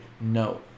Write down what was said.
No